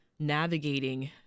navigating